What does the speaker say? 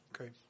Okay